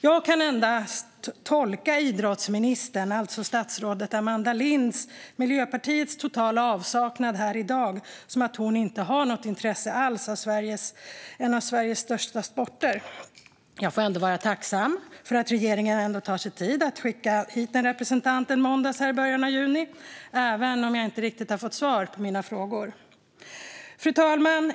Jag kan endast tolka idrottsministerns, alltså det miljöpartistiska statsrådet Amanda Linds, totala avsaknad av svar här i dag som att hon inte alls har något intresse av en av Sveriges största sporter. Jag får vara tacksam för att regeringen ändå tar sig tid att skicka hit en representant en måndag så här i början av juni, även om jag inte riktigt har fått svar på mina frågor. Fru talman!